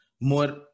more